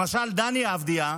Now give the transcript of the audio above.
למשל דני אבדיה,